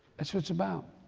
that's what it's about.